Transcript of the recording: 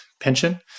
pension